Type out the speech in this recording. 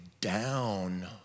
down